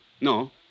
No